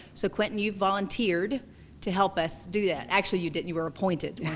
so quentin, you've volunteered to help us do that. actually, you didn't, you were appointed,